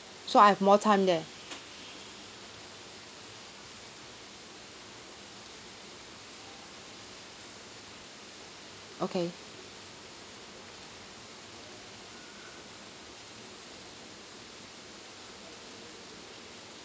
so I've more time there okay